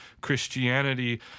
Christianity